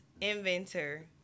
inventor